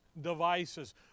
devices